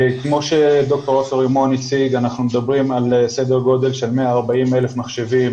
כמו שדוקטור עופר הציג אנחנו מדברים על סדר גודל של 140,000 מחשבים